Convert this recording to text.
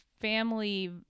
family